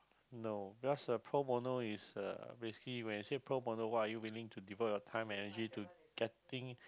no because uh pro bono is uh basically when you say pro bono what are you willing to devote your time and energy to getting